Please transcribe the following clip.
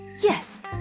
Yes